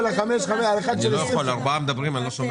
קודם הם אמרו